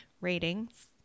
Ratings